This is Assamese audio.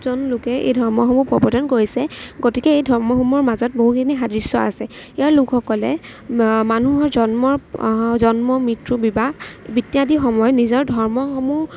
জন লোকে এই ধৰ্মসমূহ প্ৰৱৰ্তন কৰিছে গতিকে এই ধৰ্মসমূহৰ মাজত বহুখিনি সাদৃশ্য আছে ইয়াৰ লোকসকলে মানুহৰ জন্ম জন্ম মৃত্যু বিবাহ ইত্যাদি সময় নিজৰ ধৰ্মসমূহ